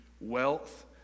wealth